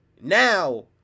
Now